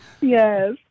Yes